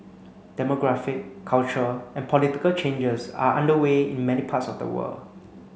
demographic cultural and political changes are underway in many parts of the world